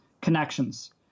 connections